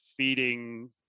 feeding